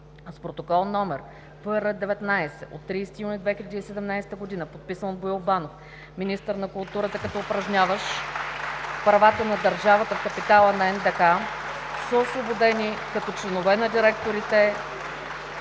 С Протокол № ПР 19 от 30 юни 2017 г., подписан от Боил Банов, министър на културата, като упражняващ правата на държавата в капитала на НДК, са освободени като членове на Съвета